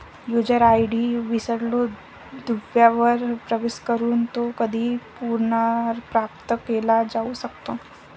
user ID विसरलो दुव्यावर प्रवेश करून तो कधीही पुनर्प्राप्त केला जाऊ शकतो